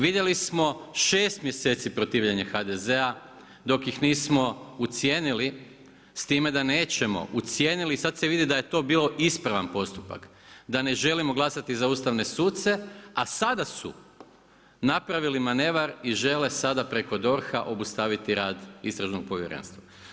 Vidjeli smo 6 mjeseci protivljenja HDZ-a dok ih nismo ucijenili s time da nećemo, ucijenili, i sad se vidi da je to bio ispravan postupak, da ne želimo glasati za ustavne suce, a sada su napravili manevar i žele sada preko DORH-a obustaviti rad istražnog povjerenstva.